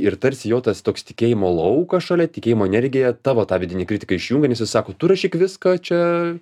ir tarsi jo tas toks tikėjimo laukas šalia tikėjimo energija tavo tą vidinį kritiką išjungia nes jis sako tu rašyk viską čia